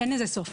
אין לזה סוף.